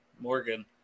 Morgan